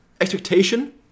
Expectation